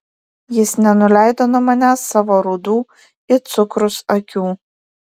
jis nenuleido nuo manęs savo rudų it cukrus akių